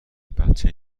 بچه